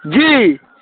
जी